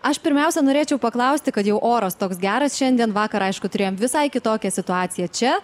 aš pirmiausia norėčiau paklausti kad jau oras toks geras šiandien vakar aišku turėjom visai kitokią situaciją čia